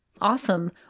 awesome